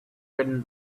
written